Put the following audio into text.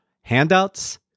handouts